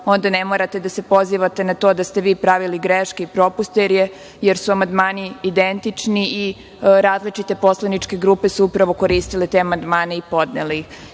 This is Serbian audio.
onda ne morate da se pozivate na to da ste vi pravili greške i propuste, jer su amandmani identični i različite poslaničke grupe su upravo koristile te amandmane i podnele